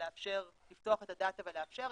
לפתוח את הדאטה ולאפשר.